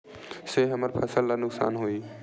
से हमर फसल ला नुकसान होही?